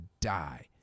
die